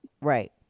Right